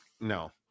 No